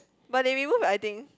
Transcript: but they remove I think